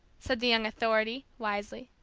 said the young authority, wisely.